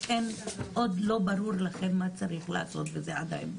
שעוד לא ברור לכם מה צריך לעשות עם זה עדיין,